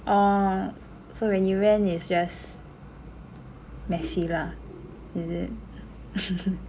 oh so when you went it's just messy lah is it